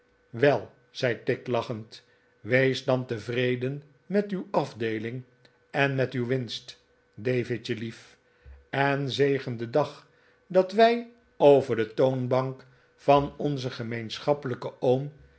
wel f zei tigg lachend wees dan tevreden met uw afdeeling en met uw winst davidjelief en zegen den dag dat wij over de toonbank van onzen gemeenschappelijken oom